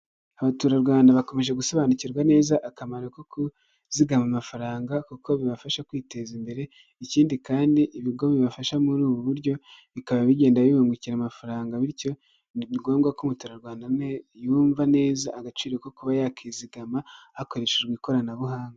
Abaturarwanda bakomeje gusobanukirwa neza akamaro ko kuzigama amafaranga kuko bibafasha kwiteza imbere, ikindi kandi ibigo bibafasha muri ubu buryo bikaba bigenda bibungukira amafaranga bityo ni ngombwa ko umuturarwanda yumva neza agaciro ko kuba yakizigama hakoreshejwe ikoranabuhanga.